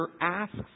asks